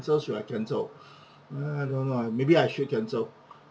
so should I cancel I don't know uh maybe I should cancel